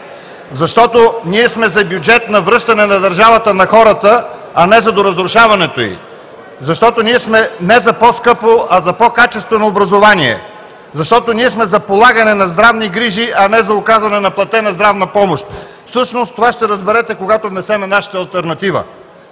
Защото ние сме за бюджет на връщане на държавата на хората, а не за доразрушаването ѝ. Защото ние сме не за по-скъпо, а за по-качествено образование. Защото ние сме за полагане на здравни грижи, а не за оказана неплатена здравна помощ. Всъщност това ще разберете, когато внесем нашата алтернатива.